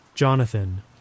Jonathan